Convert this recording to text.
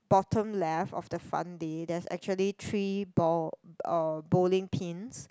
bottom left of the fun day there is actually three ball um bowling pins